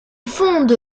fonde